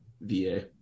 V-A